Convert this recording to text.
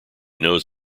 knows